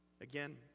Again